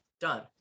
Done